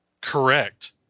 Correct